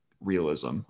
realism